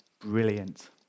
Brilliant